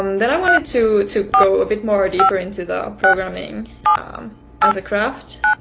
um then i wanted to to go a bit more deeper into the programming as a craft.